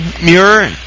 Muir